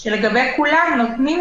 והנושא של אימוני קבוצות בספורט.